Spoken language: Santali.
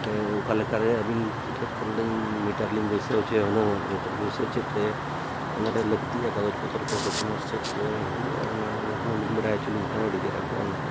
ᱚᱠᱟ ᱞᱮᱠᱟᱨᱮ ᱟᱹᱵᱤᱱ ᱴᱷᱮᱱᱠᱷᱚᱱ ᱞᱤᱧ ᱢᱤᱴᱟᱨ ᱞᱤᱧ ᱵᱟᱹᱭᱥᱟᱹᱣ ᱦᱚᱪᱚᱭᱟ ᱦᱩᱱᱟᱹᱝ ᱢᱤᱴᱟᱨ ᱵᱟᱹᱭᱥᱟᱹᱣ ᱪᱮᱫ ᱨᱮ ᱚᱱᱟᱨᱮ ᱞᱟᱹᱠᱛᱤᱜᱼᱟ ᱠᱟᱜᱚᱡᱽ ᱯᱚᱛᱚᱨ ᱠᱚ ᱰᱚᱠᱳᱢᱮᱱᱴᱥ ᱪᱮᱫ ᱠᱚ ᱮᱢ ᱦᱩᱭᱩᱜᱼᱟ ᱚᱱᱟ ᱵᱤᱱ ᱵᱟᱰᱟᱭ ᱦᱚᱪᱚᱞᱤᱧ ᱠᱷᱟᱱ ᱟᱹᱰᱤ ᱪᱮᱨᱦᱟ ᱠᱚᱜᱼᱟ ᱚᱱᱟᱦᱚᱸ